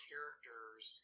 characters